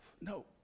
no